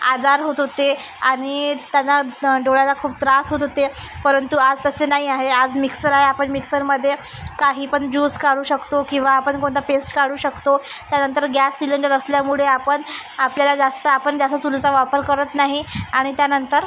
आजार होत होते आणि त्यांना डोळ्याला खूप त्रास होत होते परंतु आज तसे नाही आहे आज मिक्सर आहे आपण मिक्सरमध्ये काहीपण ज्यूस काढू शकतो किंवा आपण कोणता पेस्ट काढू शकतो त्यानंतर गॅस सिलेंडर असल्यामुळे आपण आपल्याला जास्त आपण जास्त चुलीचा वापर करत नाही आणि त्यानंतर